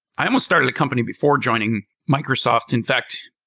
i almost started a company before joining microsoft. in fact,